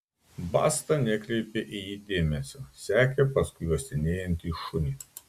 basta nekreipė į jį dėmesio sekė paskui uostinėjantį šunį